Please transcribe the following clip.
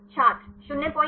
छात्र 05